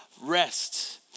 rest